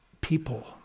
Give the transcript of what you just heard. people